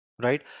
right